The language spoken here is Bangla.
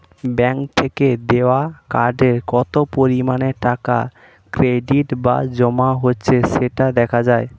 ব্যাঙ্ক থেকে দেওয়া কার্ডে কত পরিমাণে টাকা ক্রেডিট বা জমা হচ্ছে সেটা দেখা যায়